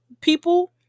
people